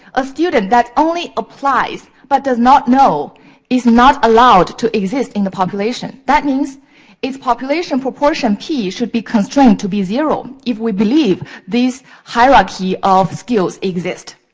a student that only applies, but does not know is not allowed to exist in the population. that means it's population proportion key should be constrained to be zero, if we believe this hierarchy of skills exist.